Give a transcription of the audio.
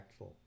impactful